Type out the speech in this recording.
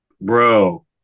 Bro